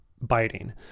biting